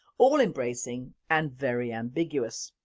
all embracing and very ambiguous.